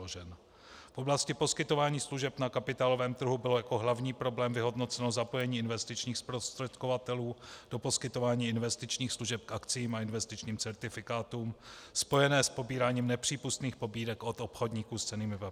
V oblasti poskytování služeb na kapitálovém trhu bylo jako hlavní problém vyhodnoceno zapojení investičních zprostředkovatelů do poskytování investičních služeb k akciím a investičním certifikátům, spojené s pobíráním nepřípustných pobídek od obchodníku s cennými papíry.